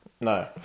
No